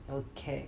okay